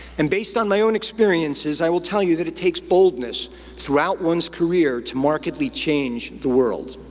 and based on my own experiences, i will tell you that it takes boldness throughout one's career to markedly change the world.